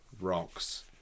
rocks